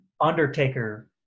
Undertaker